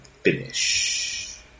finish